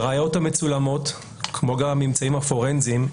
הראיות המצולמות, כמו גם הממצאים הפורנזיים,